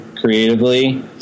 creatively